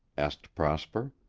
asked prosper.